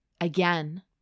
Again